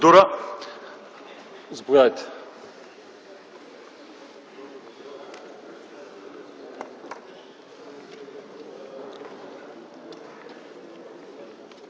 Благодаря.